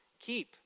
keep